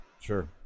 sure